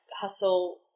hustle